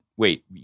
Wait